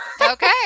Okay